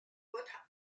contre